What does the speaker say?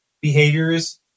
behaviors